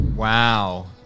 Wow